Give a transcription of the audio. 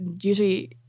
usually